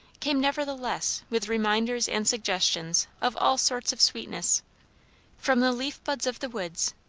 came nevertheless with reminders and suggestions of all sorts of sweetness from the leaf-buds of the woods,